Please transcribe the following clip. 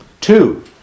Two